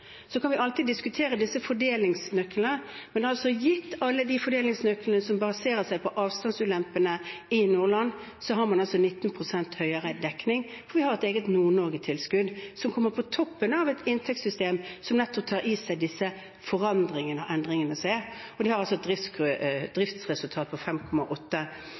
Så kan vi alltid diskutere disse fordelingsnøklene, men gitt alle de fordelingsnøklene som baserer seg på avstandsulempene i Nordland, har man 19 pst. høyere dekning, for vi har et eget Nord-Norge-tilskudd som kommer på toppen av et inntektssystem som nettopp tar opp i seg disse forandringene og endringene som skjer, og de har et driftsresultat på 5,8